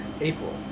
April